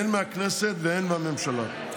הן מהכנסת והן מהממשלה.